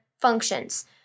functions